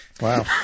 Wow